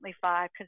five